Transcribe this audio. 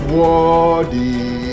worthy